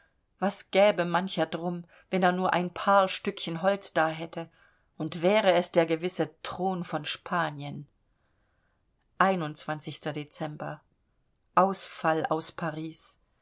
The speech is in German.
was gäbe mancher drum wenn er nur ein paar stückchen holz da hätte und wäre es der gewisse thron von spanien dezember ausfall aus paris